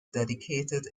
dedicated